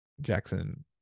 Jackson